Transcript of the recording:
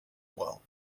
well